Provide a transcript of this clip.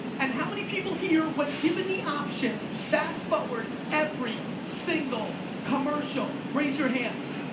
and how many people here, when given the option, fast forward every single commercial? raise your hands.